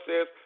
says